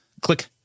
Click